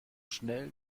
schnell